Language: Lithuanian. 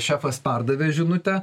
šefas perdavė žinutę